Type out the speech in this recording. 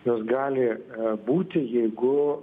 jos gali būti jeigu